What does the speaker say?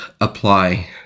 apply